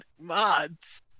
mods